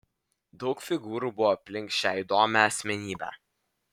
daug figūrų buvo aplink šią įdomią asmenybę